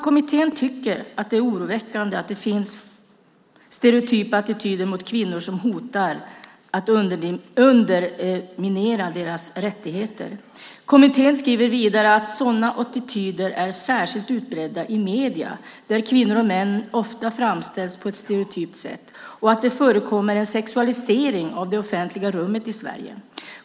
Kommittén tycker att det är oroväckande att det finns "stereotypa attityder mot kvinnor som hotar att underminera deras rättigheter". Kommittén skriver vidare att "sådana attityder är särskilt utbredda i media, där kvinnor och män ofta framställs på ett stereotypt sätt" och att "det förekommer en sexualisering av det offentliga rummet i Sverige".